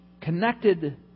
connected